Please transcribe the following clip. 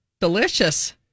delicious